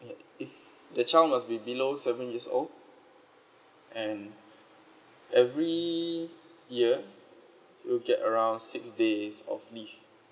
okay the child must be below seven years old and every year you get around six days of leave